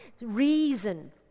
Reason